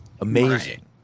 Amazing